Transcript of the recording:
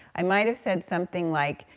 i might have said something like,